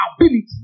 ability